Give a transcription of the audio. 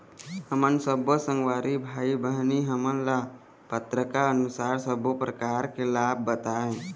हमन सब्बो संगवारी भाई बहिनी हमन ला पात्रता के अनुसार सब्बो प्रकार के लाभ बताए?